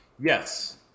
Yes